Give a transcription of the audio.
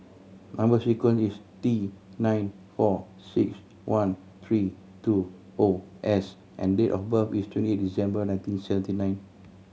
number sequence is T nine four six one three two O S and date of birth is twenty eight December nineteen seventy nine